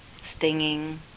stinging